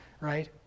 right